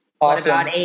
Awesome